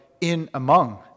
in-among